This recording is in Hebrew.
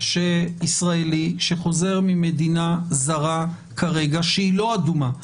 ישראלי שחוזר ממדינה זרה שהיא לא אדומה.